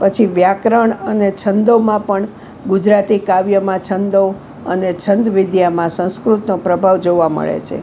પછી વ્યાકરણ અને છંદોમાં પણ ગુજરાતી કાવ્યમાં છંદો અને છંદ વિદ્યામાં સંસ્કૃતનો પ્રભાવ જોવા મળે છે